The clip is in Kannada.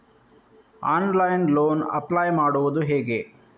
ಆನ್ಲೈನ್ ಲೋನ್ ಅಪ್ಲೈ ಮಾಡುವುದು ಹೇಗೆ?